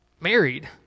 married